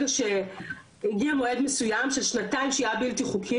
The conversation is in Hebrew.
שהיה בלתי חוקית מיד יש ניכוי אוטומטי,